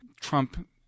Trump